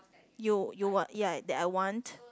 you you want ya that I want